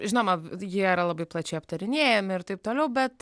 žinoma jie yra labai plačiai aptarinėjami ir taip toliau bet